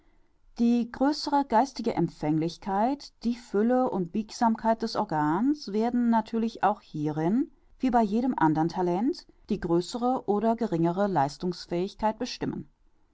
die größere geistige empfänglichkeit die fülle und biegsamkeit des organs werden natürlich auch hierin wie bei jedem andern talent die größere oder geringere leistungsfähigkeit bestimmen